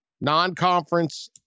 non-conference